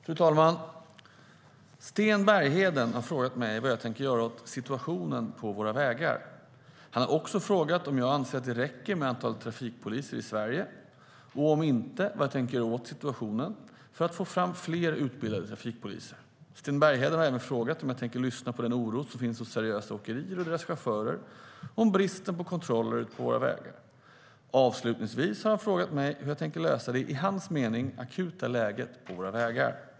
Fru talman! Sten Bergheden har frågat mig vad jag tänker göra åt situationen på våra vägar. Han har också frågat om jag anser att det räcker med antalet trafikpoliser i Sverige, och om inte, vad jag tänker göra åt situationen för att få fram fler utbildade trafikpoliser. Sten Bergheden har även frågat om jag tänker lyssna på den oro som finns hos seriösa åkerier och deras chaufförer om bristen på kontroller ute på våra vägar. Avslutningsvis har han frågat hur jag tänker lösa det, i hans mening, akuta läget på våra vägar.